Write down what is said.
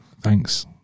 thanks